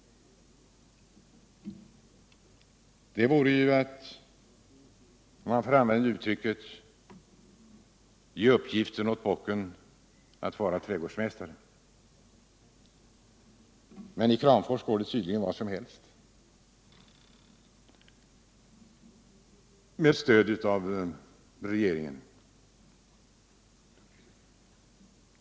Det vore ju, om jag får använda uttrycket, att sätta bocken till trädgårdsmästare. Men i Kramfors går tydligen vad som helst med stöd av regeringen.